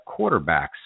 quarterbacks